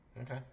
Okay